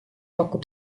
pakub